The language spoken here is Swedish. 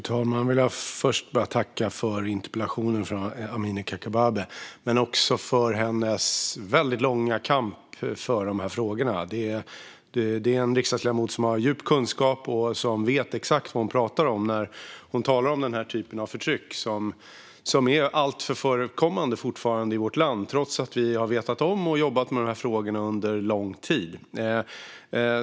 Fru talman! Jag vill först tacka för interpellationen av Amineh Kakabaveh men också för hennes väldigt långa kamp för dessa frågor. Det här är en riksdagsledamot som har djup kunskap och som vet exakt vad hon pratar om när hon talar om detta slags förtryck som fortfarande är alltför ofta förekommande i vårt land, trots att vi har vetat om och jobbat med frågorna under lång tid.